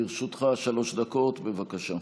לרשותך שלוש דקות, בבקשה.